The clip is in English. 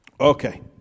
Okay